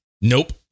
Nope